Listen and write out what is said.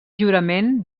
jurament